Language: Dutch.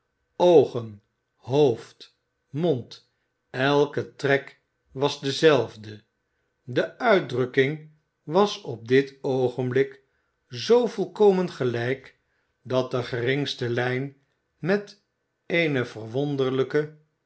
oogen hoofd mond elke trek was dezelfde de uitdrukking was op dit oogenblik zoo volkomen gelijk dat de geringste lijn met eene verwonderlijke